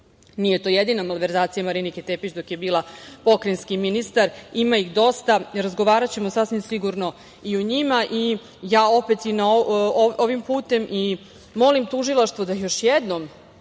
to jedina malverzacija Marinike Tepić dok je bila pokrajinski ministar, ima ih dosta. Razgovaraćemo sasvim sigurno i o njima. Ja opet ovim putem molim tužilaštvo da još jednom